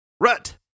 rut